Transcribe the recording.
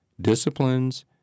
disciplines